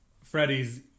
Freddie's